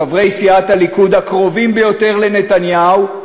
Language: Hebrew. חברי סיעת הליכוד הקרובים ביותר לנתניהו,